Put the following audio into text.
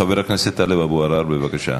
חבר הכנסת טלב אבו עראר, בבקשה,